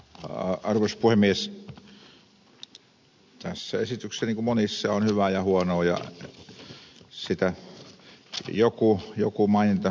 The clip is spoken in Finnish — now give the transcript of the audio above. tässä esityksessä niin kuin monissa on hyvää ja huonoa ja joku maininta molemmista